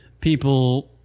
people